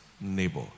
neighbor